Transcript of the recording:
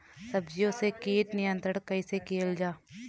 सब्जियों से कीट नियंत्रण कइसे कियल जा?